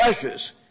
precious